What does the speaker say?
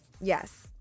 Yes